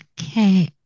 Okay